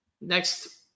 next